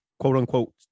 quote-unquote